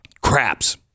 craps